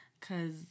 Cause